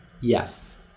Yes